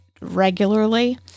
regularly